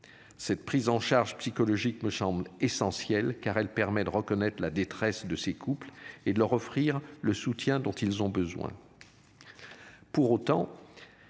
Cette prise en charge psychologique me semble essentielle car elle permet de reconnaître la détresse de ces couples et de leur offrir le soutien dont ils ont besoin. Pour autant.